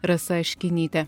rasa aškinytė